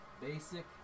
basic